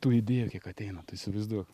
tų idėjų kiek ateina tu įsivaizduok